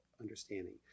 understanding